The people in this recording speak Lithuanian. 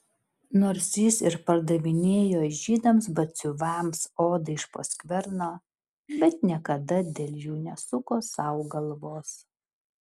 nors jis ir pardavinėjo žydams batsiuviams odą iš po skverno bet niekada dėl jų nesuko sau galvos